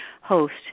host